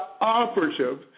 operative